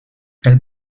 elle